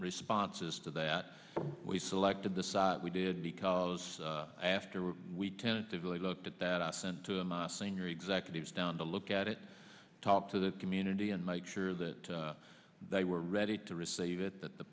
responses to that we selected the site we did because after we tentatively looked at that i sent to my senior executives down to look at it talk to the community and make sure that they were ready to receive it th